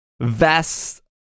vast